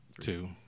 two